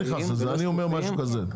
אני אומר משהו כזה.